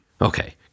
Okay